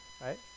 right